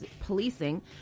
policing